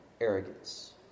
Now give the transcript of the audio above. arrogance